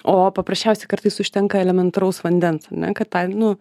o paprasčiausiai kartais užtenka elementaraus vandens ane kad tą nu